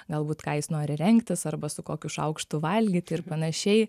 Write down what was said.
galbūt ką jis nori rengtis arba su kokiu šaukštu valgyti ir panašiai